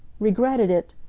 regretted it!